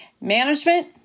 management